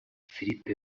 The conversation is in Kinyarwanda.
filipe